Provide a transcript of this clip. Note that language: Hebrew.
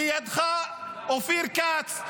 לידך אופיר כץ,